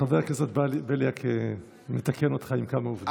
חבר הכנסת בליאק מתקן אותך בכמה עובדות.